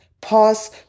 pause